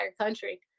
country